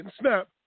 snap